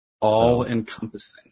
All-encompassing